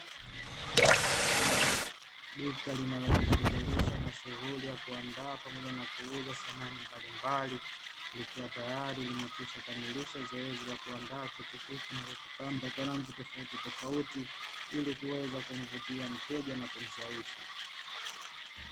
Duka linalojishughulisha na shughuli ya kuandaa pamoja na samani mbalimbali, likiwa tayari limekwisha kamilisha zoezi la kuandaa kiti hiki na kukipamba kwa rangi tofautitofauti ili kuweza kumvutia mteja na kumshawishi.